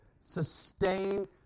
sustain